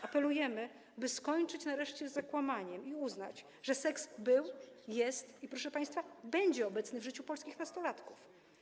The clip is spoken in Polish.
Apelujemy, by skończyć nareszcie z zakłamaniem i uznać, że seks był, jest i, proszę państwa, będzie obecny w życiu polskich nastolatków.